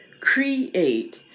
create